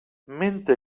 menta